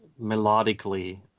melodically